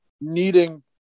needing